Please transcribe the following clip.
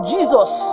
Jesus